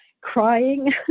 crying